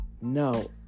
No